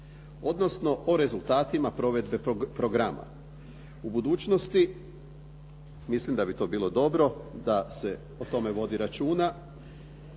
odnosno o rezultatima provedbe programa. U budućnosti mislim da bi to bilo dobro da se o tome vodi računa